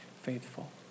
faithful